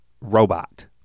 robot